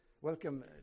Welcome